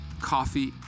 coffee